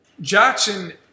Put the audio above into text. Jackson